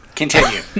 Continue